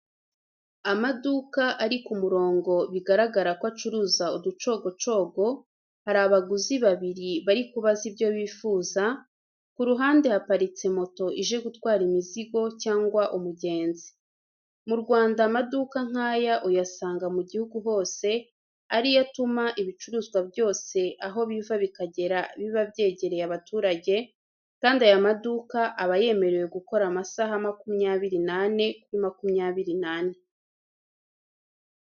Amaduka ari ku murongo bigaragara ko acuruza aducogocogo, hari abaguzi babiri barikubaza ibyo bifuza, ku ruhande haparitse moto ije gutwara imizigo cyangwa umugenzi. Mu Rwanda amaduka nkaya uyasanga mu gihugu hose ariyo atuma ibicuruzwa byose aho biva bikagera biba byegereye abaturage kandi aya maduka aba yemerewe gukora amasaha makumyabiri n'ane kuri makumyabiri n'ane.